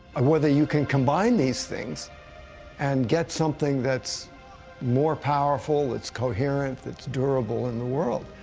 ah whether you can combine these things and get something that's more powerful, that's coherent, that's durable in the world.